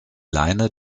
leine